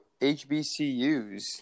HBCUs